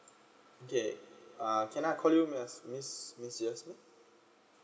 okay uh can I call you miss miss jasmin